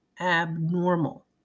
abnormal